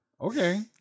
Okay